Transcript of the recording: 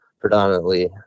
predominantly